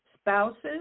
spouses